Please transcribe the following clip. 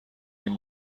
این